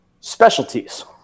specialties